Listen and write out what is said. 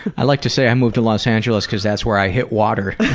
i like to say i moved to los angeles because that's where i hit water.